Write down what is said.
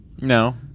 No